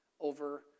over